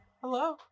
Hello